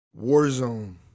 Warzone